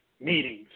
meetings